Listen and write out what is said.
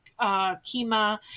Kima